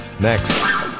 Next